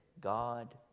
God